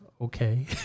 okay